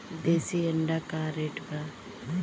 देशी अंडा का रेट बा?